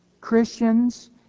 Christians